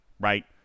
right